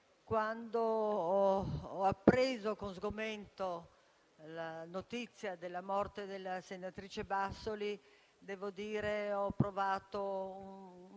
quando ho appreso, con sgomento, la notizia della morte della senatrice Bassoli, ho provato un